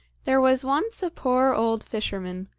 there was once a poor old fisherman,